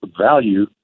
value